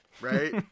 right